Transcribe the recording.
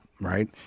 Right